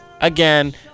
again